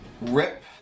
Rip